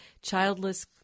childless